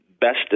best